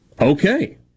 Okay